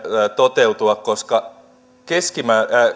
toteutua koska